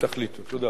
תודה רבה.